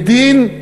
בדין,